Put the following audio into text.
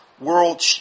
world